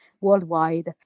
worldwide